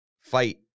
fight